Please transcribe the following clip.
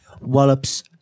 Wallops